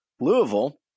Louisville